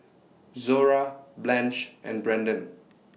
Zora Blanch and Branden